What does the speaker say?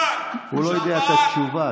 הוא לא יודע את התשובה.